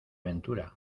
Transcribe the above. ventura